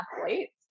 athletes